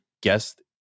guest